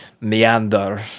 Meander